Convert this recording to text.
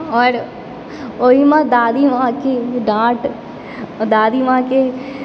आओर ओहिमऽ दादीमाँ के डाँट दादीमाँके